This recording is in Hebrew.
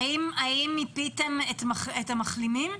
האם מיפיתם את המחלימים?